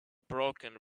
broken